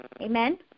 Amen